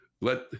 let